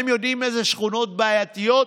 הם יודעים איזה שכונות בעייתיות,